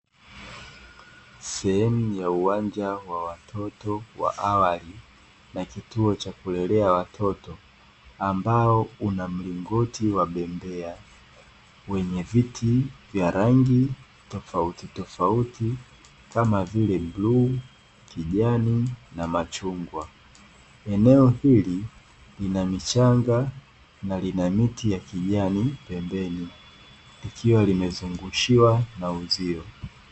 Sehemu ya uwanja wa watoto wa awali na kituo cha kulelea watoto ambao una mlingoti wa bembea wenye viti vya rangi tofautitofauti kama vile bluu, kijani, na machungwa. Eneo hili lina michanga na lina miti ya kijani pembeni likiwa limezungushiwa na uzio.